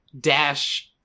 dash